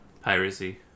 piracy